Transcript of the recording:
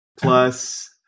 plus